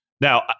Now